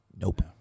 Nope